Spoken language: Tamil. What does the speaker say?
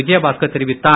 விஜயபாஸ்கர் தெரிவித்தார்